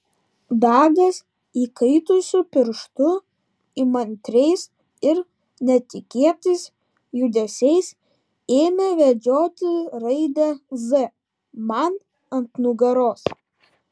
dagas įkaitusiu pirštu įmantriais ir netikėtais judesiais ėmė vedžioti raidę z man ant nugaros